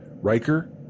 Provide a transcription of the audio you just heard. Riker